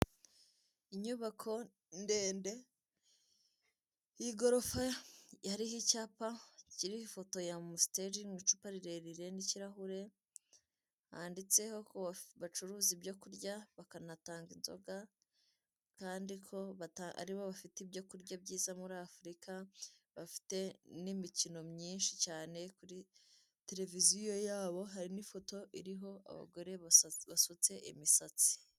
Inyubako ndende y'igorofa hariho icyapa kiriho ifoto ya amositeri, iri mu icupa rirerire n'ikirahure, handitseho ko bafi bacuruza ibyo kurya bakanatanga inzoga, kandi ko bata aribo bafite ibyo kurya byiza muri Afurika, bafite n'imikono myinshi cyane kuri tereviziyo yabo, hariho n'ifoto iriho abagore basutse imisatsi.